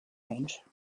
range